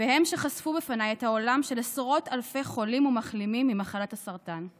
הם חשפו בפניי את העולם של עשרות אלפי חולים ומחלימים ממחלת הסרטן.